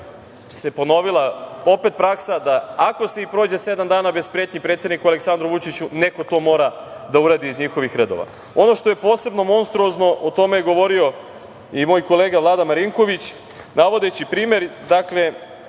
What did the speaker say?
opet ponovila praksa da ako i prođe sedam dana bez pretnji predsedniku Aleksandru Vučiću, neko to mora da uradi iz njihovih redova. Ono što je posebno monstruozno, o tome je govorio i moj kolega Vlada Marinković, navodeći primer da